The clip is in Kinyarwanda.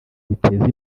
biteza